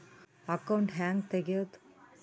Account ಹ್ಯಾಂಗ ತೆಗ್ಯಾದು?